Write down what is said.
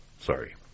Sorry